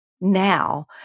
now